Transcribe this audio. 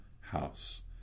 house